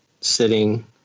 sitting